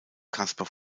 kaspar